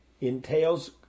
entails